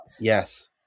Yes